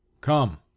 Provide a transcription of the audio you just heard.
come